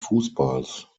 fußballs